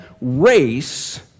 race